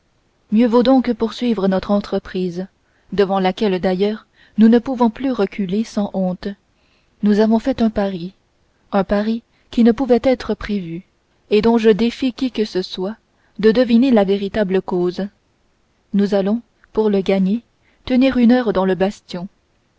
mieux vaut donc poursuivre notre entreprise devant laquelle d'ailleurs nous ne pouvons plus reculer sans honte nous avons fait un pari un pari qui ne pouvait être prévu et dont je défie qui que ce soit de deviner la véritable cause nous allons pour le gagner tenir une heure dans le bastion